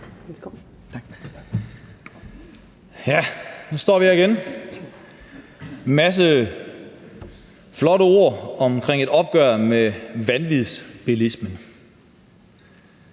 Ja, nu står vi her igen med en masse flotte ord omkring et opgør med vanvidsbilismen.